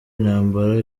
intambara